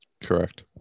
Correct